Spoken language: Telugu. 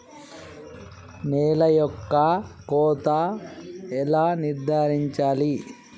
నేల యొక్క కోత ఎలా నిర్ధారించాలి?